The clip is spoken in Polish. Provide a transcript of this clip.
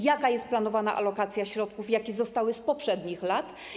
Jaka jest planowana alokacja środków, które zostały z poprzednich lat?